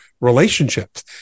relationships